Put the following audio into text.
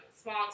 small